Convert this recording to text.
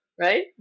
Right